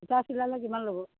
এটা চিলালে কিমান ল'ব